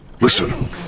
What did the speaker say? Listen